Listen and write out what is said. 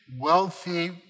wealthy